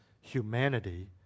humanity